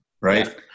right